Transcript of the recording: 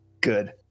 Good